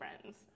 friends